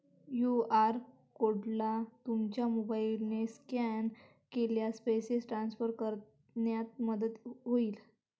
QR कोडला तुमच्या मोबाईलने स्कॅन केल्यास पैसे ट्रान्सफर करण्यात मदत होईल